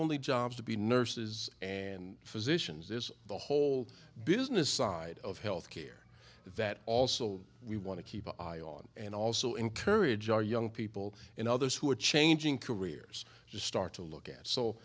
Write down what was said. only jobs to be nurses and physicians is the whole business side of health care that also we want to keep an eye on and also encourage our young people and others who are changing careers to start to look at so